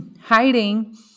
hiding